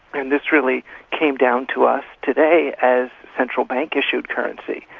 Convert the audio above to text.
and this really came down to us today as central bank issue currency,